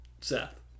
Seth